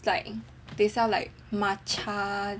its like they sell like matcha